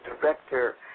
director